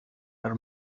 her